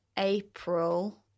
April